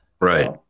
right